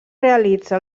realitza